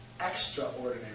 Extraordinary